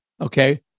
okay